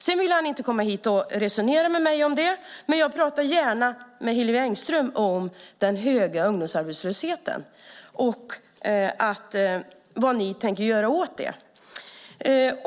Sedan vill han inte komma hit och resonera med mig, men jag pratar gärna med Hillevi Engström om den höga ungdomsarbetslösheten och vad ni tänker göra åt den.